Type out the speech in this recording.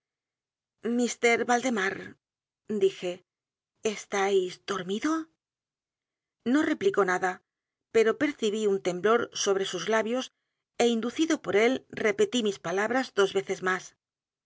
mr valdemar dije estáis dormido no replicó nada pero percibí un temblor sobre sus labios é inducidopor él repetí mis palabras dos veces más